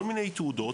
כל מיני תעודות,